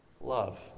Love